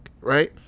right